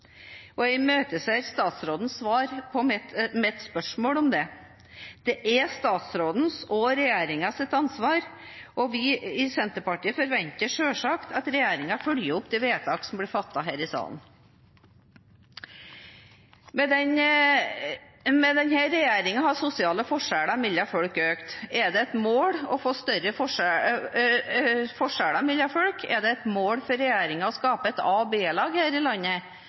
og jeg imøteser statsrådens svar på mitt spørsmål om det. Det er statsråden og regjeringens ansvar, og vi i Senterpartiet forventer selvsagt at regjeringen følger opp de vedtakene som blir fattet her i salen. Med denne regjeringen har sosiale forskjeller mellom folk økt. Er det et mål å få større forskjeller mellom folk? Er det et mål for regjeringen å skape et a- og b-lag her i landet?